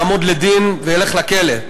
יעמוד לדין וילך לכלא.